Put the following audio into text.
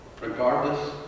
regardless